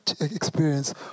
experience